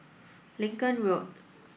Lincoln Road